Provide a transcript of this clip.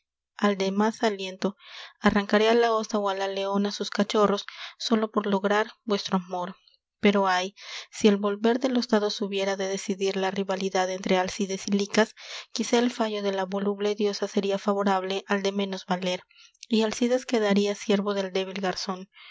más aliento arrancaré á la osa ó á la leona sus cachorros sólo por lograr vuestro amor pero ay si el volver de los dados hubiera de decidir la rivalidad entre alcides y licas quizá el fallo de la voluble diosa seria favorable al de menos valer y alcides quedaria siervo del débil garzon